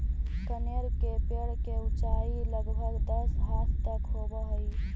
कनेर के पेड़ के ऊंचाई लगभग दस हाथ तक होवऽ हई